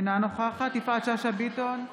אינה נוכחת יפעת שאשא ביטון,